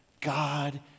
God